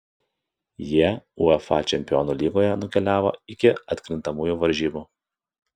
jie uefa čempionų lygoje nukeliavo iki atkrintamųjų varžybų